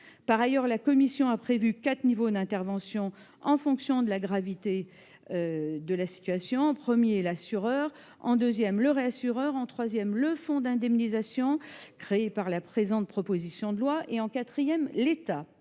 Par ailleurs, la commission a prévu quatre niveaux d'intervention en fonction de la gravité de la situation : en premier, l'assureur ; en deuxième, le réassureur ; en troisième, le fonds d'indemnisation créé par la présente proposition de loi ; en quatrième, l'État.